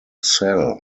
cell